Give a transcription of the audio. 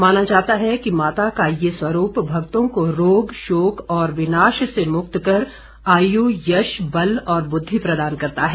माना जाता है कि माता का यह स्वरूप भक्तों को रोग शोक और विनाश से मुक्त कर आयु यश बल और बुद्धि प्रदान करता है